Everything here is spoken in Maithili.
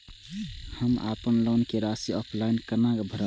हम अपन लोन के राशि ऑफलाइन केना भरब?